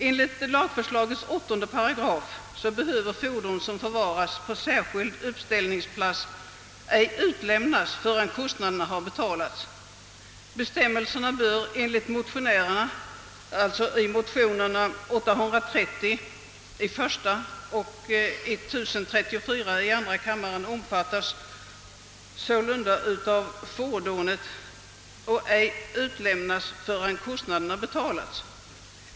Enligt lagförslagets 8 § behöver fordon som förvaras på särskild uppställningsplats ej utlämnas förrän kostnaderna betalats. I motionerna I: 830 och II: 1034 yrkas att formuleringen »behöver ej utlämnas» utbytes mot »får ej utlämnas».